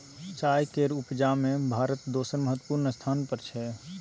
चाय केर उपजा में भारत दोसर महत्वपूर्ण स्थान पर छै